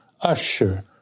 usher